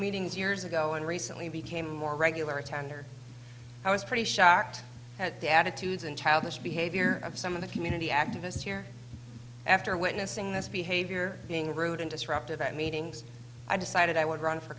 meetings years ago and recently became more regular attender i was pretty shocked at the attitudes and childish behavior of some of the community activists here after witnessing this behavior being rude and disruptive at meetings i decided i would run for